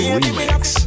remix